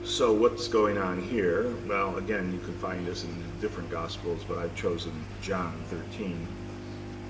so what's going on here? well, again, you can find this in different gospels. but i've chosen john thirteen